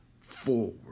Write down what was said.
forward